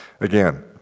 Again